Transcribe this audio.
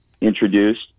introduced